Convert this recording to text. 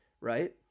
right